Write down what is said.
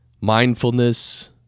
mindfulness